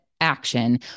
action